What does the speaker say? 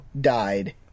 died